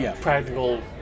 practical